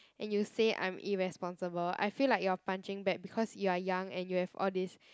and you say I'm irresponsible I feel like you're punching back because you are young and you have all this